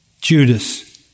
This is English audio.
Judas